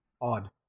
odd